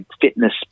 fitness